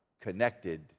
connected